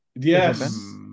yes